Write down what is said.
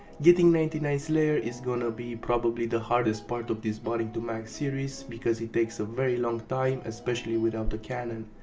getting ninety nine slayer is going to be probably the hardest part of this botting to max series because it takes a very long time especially without a cannon.